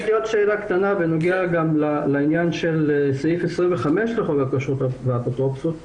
יש לי עוד שאלה קטנה בנוגע לסעיף 25 לחוק הכשרות והאפוטרופסות.